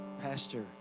Pastor